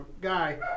guy